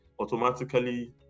automatically